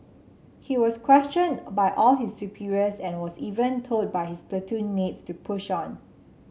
he was questioned by all his superiors and was even told by his platoon mates to push on